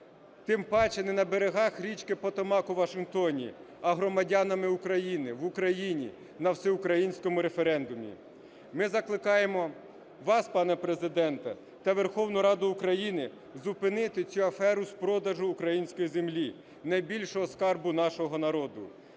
тим паче не на берегах річки Потомак у Вашингтоні, а громадянами України в Україні, на всеукраїнському референдумі. Ми закликаємо вас, пане Президент, та Верховну Раду України зупинити цю аферу з продажу української землі – найбільшого скарбу нашого народу.